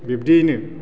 बिबदियैनो